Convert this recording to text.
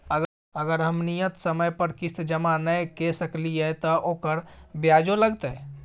अगर हम नियत समय पर किस्त जमा नय के सकलिए त ओकर ब्याजो लगतै?